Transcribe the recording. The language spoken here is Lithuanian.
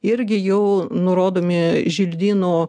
irgi jau nurodomi želdyno